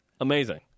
amazing